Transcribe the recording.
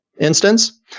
instance